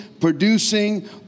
producing